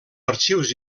arxius